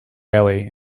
alley